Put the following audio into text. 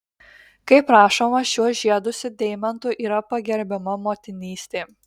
kaip rašoma šiuo žiedu su deimantu yra pagerbiama motinystė